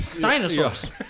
dinosaurs